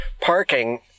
parking